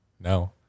No